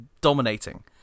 dominating